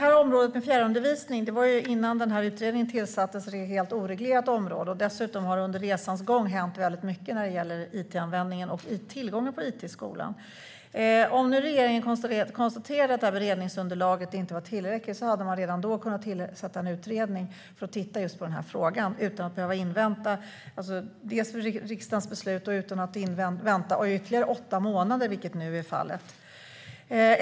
Fru talman! Innan utredningen tillsattes var fjärrundervisningen ett helt oreglerat område. Dessutom har det under resans gång hänt väldigt mycket när det gäller it-användningen och tillgången till it i skolan. Regeringen konstaterar att beredningsunderlaget inte var tillräckligt, men man hade redan då kunnat tillsätta en utredning för att titta på den här frågan utan att behöva invänta riksdagens beslut och utan att vänta ytterligare åtta månader, vilket nu är fallet.